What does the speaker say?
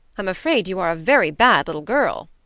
i'm afraid you are a very bad little girl.